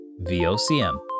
VOCM